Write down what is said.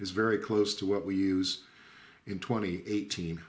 is very close to what we use in twenty eighteen